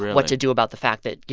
what to do about the fact that, you